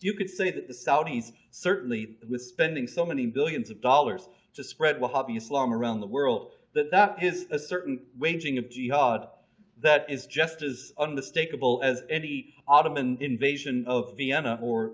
you could say that the saudis certainly was spending so many billions of dollars to spread wahhabi islam around the world that that is a certain waging of jihad that is just as unmistakable as any ottoman invasion of vienna or